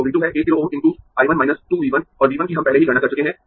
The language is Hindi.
तो V 2 है 1 किलो Ω × I 1 2 V 1 और V 1 की हम पहले ही गणना कर चुके है